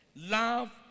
Love